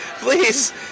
Please